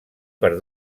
per